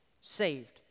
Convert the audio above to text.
Saved